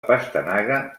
pastanaga